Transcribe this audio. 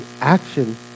action